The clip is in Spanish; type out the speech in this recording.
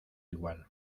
igual